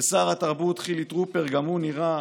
ושר התרבות חילי טרופר גם הוא נראה